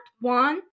one